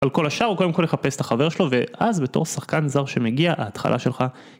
על כל השאר הוא קודם כל יחפש את החבר שלו ואז בתור שחקן זר שמגיע ההתחלה שלך